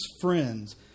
friends